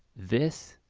this